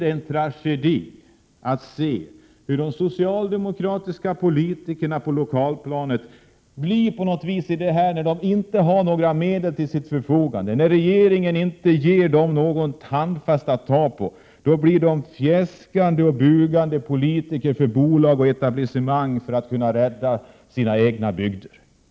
Det är tragiskt att se hur de socialdemokratiska politikerna på lokalplanet står fjäskande och bugande inför bolag och etablissemang för att rädda sina egna bygder, när de inte har några andra medel till sitt förfogande, när regeringen inte ger dem något handfast.